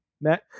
Matt